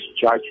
judge